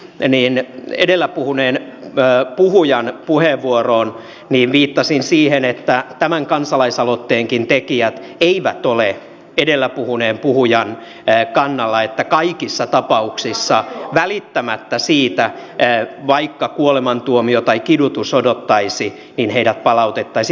ei niin edellä puhuneen pääpuhujana vastauspuheenvuoroa puheenvuoroon viittasin siihen että tämän kansalaisaloitteenkaan tekijät eivät ole edellä puhuneen puhujan kannalla että kaikissa tapauksissa välittämättä siitä vaikka kuolemantuomio tai kidutus odottaisi heidät palautettaisiin